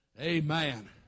Amen